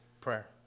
prayer